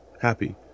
happy